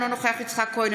אינו נוכח יצחק כהן,